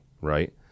right